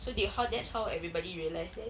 so they how that's how everybody realised that